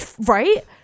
right